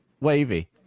wavy